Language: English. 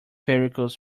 vehicles